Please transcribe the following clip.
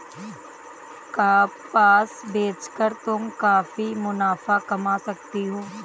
कपास बेच कर तुम काफी मुनाफा कमा सकती हो